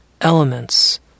elements